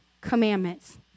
commandments